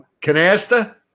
Canasta